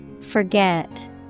Forget